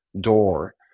door